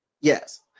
Yes